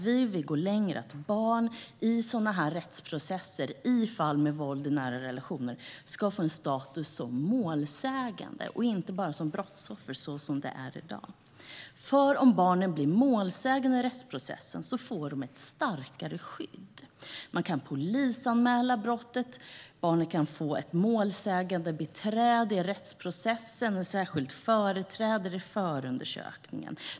Vi vill att barn i rättsprocesser i fall med våld i nära relationer ska få en status som målsägande och inte bara som brottsoffer, som det är i dag. Om barnen blir målsägande i rättsprocessen får de ett starkare skydd. Man kan polisanmäla brottet, och barnet kan få ett målsägandebiträde i rättsprocessen och en särskild företrädare i förundersökningen.